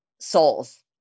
souls